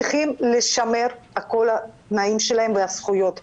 צריכים לשמר את כל התנאים והזכויות שלהן.